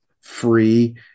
free